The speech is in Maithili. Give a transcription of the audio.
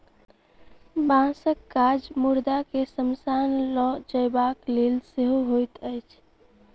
बाँसक काज मुर्दा के शमशान ल जयबाक लेल सेहो होइत अछि